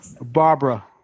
Barbara